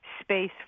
space